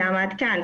למה עד כאן?